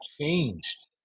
changed